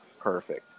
perfect